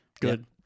good